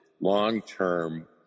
long-term